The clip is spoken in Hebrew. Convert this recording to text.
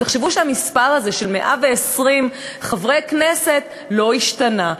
ותחשבו שהמספר הזה, של 120 חברי כנסת, לא השתנה.